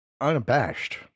unabashed